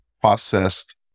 processed